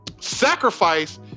sacrifice